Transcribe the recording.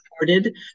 supported